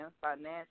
financial